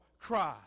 Christ